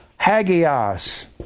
Hagios